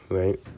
right